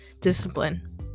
Discipline